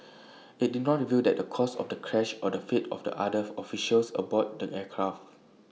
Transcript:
IT did not reveal that the cause of the crash or the fate of the other officials aboard the aircraft